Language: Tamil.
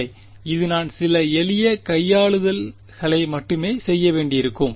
இல்லை இது நான் சில எளிய கையாளுதல்களை மட்டுமே செய்ய வேண்டியிருக்கும்